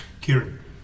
Kieran